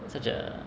such a